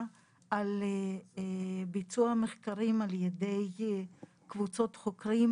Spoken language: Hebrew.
על ביצוע מחקרים על ידי קבוצות חוקרים,